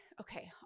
okay